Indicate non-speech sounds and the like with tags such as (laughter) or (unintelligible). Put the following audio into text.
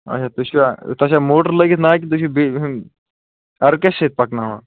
اَچھا تُہۍ تۄہہِ چھِوا موٹر لٲگِتھ نایہِ کِنۍ تُہۍ چھُو بیٚیہِ ہُم (unintelligible) سۭتۍ پکناوان